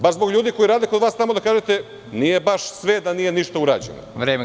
Baš zbog ljudi koji rade kod vas tamo da kažete – nije baš sve da nije ništa urađeno.